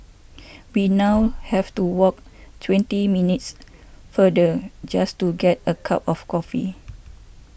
we now have to walk twenty minutes further just to get a cup of coffee